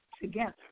together